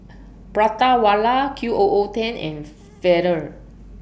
Prata Wala Q O O ten and Feather